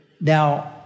Now